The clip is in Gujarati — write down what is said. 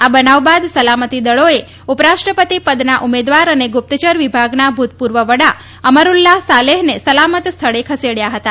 આ બનાવ બાદ સલામતી દળોએ ઉપરાષ્ટ્રપતિ પદના ઉમેદવાર અને ગુપ્તયર વિભાગના ભૂતપૂર્વ વડા અમરૂલ્લાહ સાલેહને સલામત સ્થળે ખસેડ્યા હતા